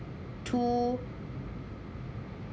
two